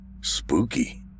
Spooky